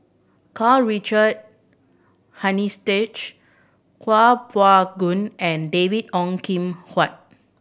Karl Richard Hanitsch Kuo Pao Kun and David Ong Kim Huat